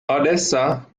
odessa